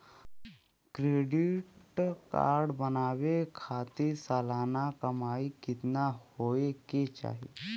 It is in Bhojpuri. क्रेडिट कार्ड बनवावे खातिर सालाना कमाई कितना होए के चाही?